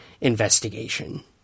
investigation